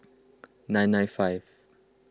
nine nine five